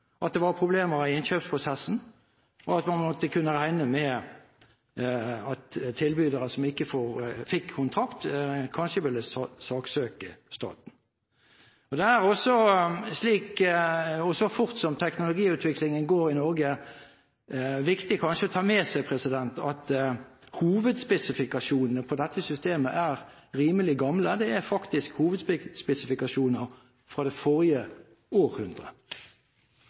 tilbydere som ikke fikk kontrakt, kanskje ville saksøke staten. Det er også slik – og så fort som teknologiutviklingen går i Norge, er det kanskje viktig å ta med seg – at hovedspesifikasjonene for dette systemet er rimelig gamle, det er faktisk hovedspesifikasjoner fra det forrige århundre.